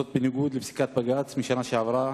בניגוד לפסיקת בג"ץ משנה שעברה